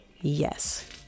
yes